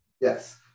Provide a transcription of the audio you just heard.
yes